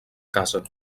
casa